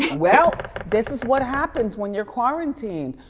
well, this is what happens when you're quarantined.